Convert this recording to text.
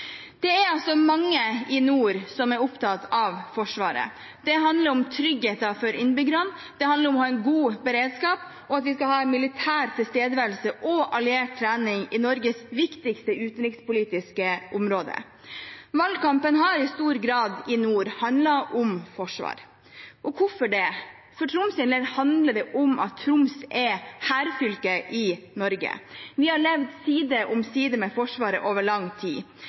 Det er mange i nord som er opptatt av Forsvaret. Det handler om tryggheten for innbyggerne, det handler om å ha en god beredskap, og at vi skal ha en militær tilstedeværelse og alliert trening i Norges viktigste utenrikspolitiske område. Valgkampen har i nord i stor grad handlet om forsvar. Og hvorfor det? For Troms’ del handler det om at Troms er hærfylket i Norge, vi har levd side om side med Forsvaret over lang tid.